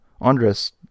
Andres